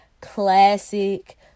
classic